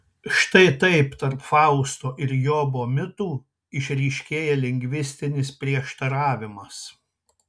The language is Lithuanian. štai taip tarp fausto ir jobo mitų išryškėja lingvistinis prieštaravimas